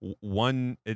one